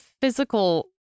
physical